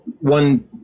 one